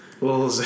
little